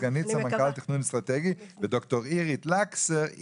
סגנית סמנכ"ל תכנון אסטרטגי; וד"ר אירית לקסר,